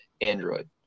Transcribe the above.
Android